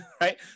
right